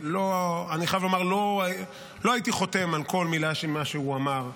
שאני חייב לומר שלא הייתי חותם על כל מילה ממה שהוא אמר.